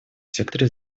секторе